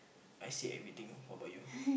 I said everything what about you